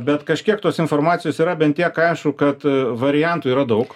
bet kažkiek tos informacijos yra bent tiek aišku kad variantų yra daug